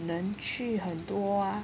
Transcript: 能去很多 ah